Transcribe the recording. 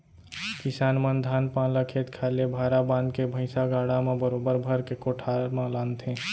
किसान मन धान पान ल खेत खार ले भारा बांध के भैंइसा गाड़ा म बरोबर भर के कोठार म लानथें